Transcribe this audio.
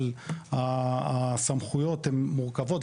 אבל הסמכויות הן מורכבות,